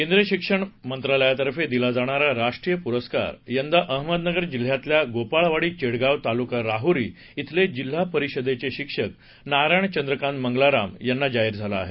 केंद्रीय शिक्षण मंत्रालयातर्फे दिला जाणारा राष्ट्रीय पुरस्कार अहमदनगर जिल्ह्यातल्या गोपाळवाडी चेडगाव तालुका राहुरी इथले जिल्हा परिषदेचे शिक्षक नारायण चंद्रकांत मंगलाराम यांना जाहीर झाला आहे